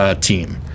team